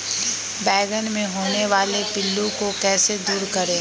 बैंगन मे होने वाले पिल्लू को कैसे दूर करें?